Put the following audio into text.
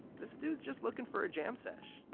this dude's just looking for a jam sesh.